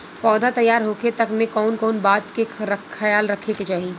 पौधा तैयार होखे तक मे कउन कउन बात के ख्याल रखे के चाही?